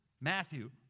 Matthew